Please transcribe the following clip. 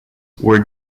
were